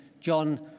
John